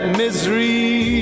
misery